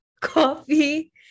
coffee